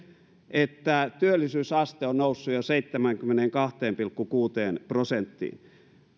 että työllisyysaste on noussut jo seitsemäänkymmeneenkahteen pilkku kuuteen prosenttiin